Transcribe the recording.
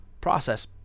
process